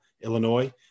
Illinois –